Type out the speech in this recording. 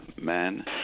man